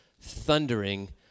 thundering